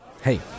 Hey